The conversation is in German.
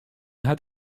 hat